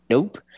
Nope